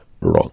wrong